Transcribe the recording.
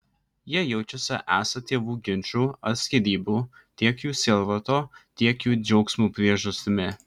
jie jaučiasi esą tėvų ginčų ar skyrybų tiek jų sielvarto tiek jų džiaugsmų priežastimi